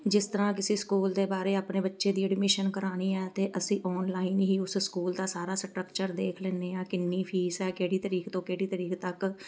ਜਿਸ ਤਰ੍ਹਾਂ ਕਿਸੇ ਸਕੂਲ ਦੇ ਬਾਰੇ ਆਪਣੇ ਬੱਚੇ ਦੀ ਐਡਮਿਸ਼ਨ ਕਰਵਾਉਣੀ ਹੈ ਅਤੇ ਅਸੀਂ ਔਨਲਾਈਨ ਹੀ ਉਸ ਸਕੂਲ ਦਾ ਸਾਰਾ ਸਟਰਕਚਰ ਦੇਖ ਲੈਂਦੇ ਹਾਂ ਕਿੰਨੀ ਫੀਸ ਹੈ ਕਿਹੜੀ ਤਰੀਕ ਤੋਂ ਕਿਹੜੀ ਤਰੀਕ ਤੱਕ